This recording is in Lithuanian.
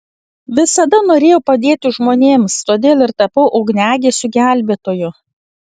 visada norėjau padėti žmonėms todėl ir tapau ugniagesiu gelbėtoju